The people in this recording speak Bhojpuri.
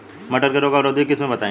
मटर के रोग अवरोधी किस्म बताई?